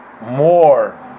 more